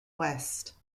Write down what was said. west